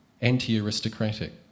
anti-aristocratic